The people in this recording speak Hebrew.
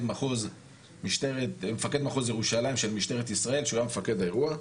מחוז ירושלים של משטרת ישראל שהיה מפקד האירוע,